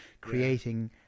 creating